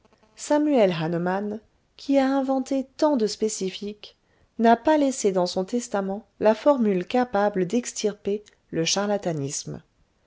samuel hahnemann qui a inventé tant de spécifiques n'a pas laissé dans son testament la formule capable d'extirper le charlatanisme